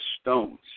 stones